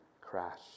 crash